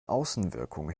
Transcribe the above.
außenwirkung